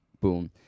Boom